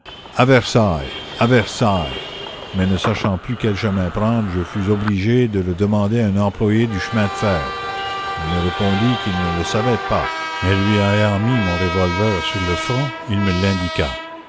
versailles à versailles mais ne sachant plus quel chemin prendre je fus obligé de le demander à un employé du chemin de fer il me répondit qu'il ne le savait pas mais lui ayant mis mon revolver sur le front il me l'indiqua